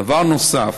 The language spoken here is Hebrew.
דבר נוסף,